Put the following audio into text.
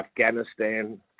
Afghanistan